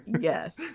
Yes